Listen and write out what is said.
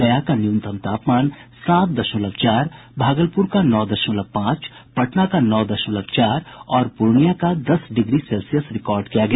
गया का न्यूनतम तापमान सात दशमलव चार भागलपुर का नौ दशमलव पांच पटना का नौ दशमलव चार और पूर्णिया का दस डिग्री सेल्सियस रिकार्ड किया गया